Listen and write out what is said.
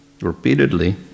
repeatedly